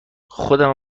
خودمم